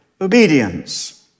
obedience